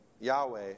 Yahweh